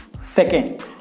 Second